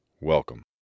Welcome